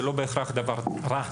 זה לא בהכרח דבר רע,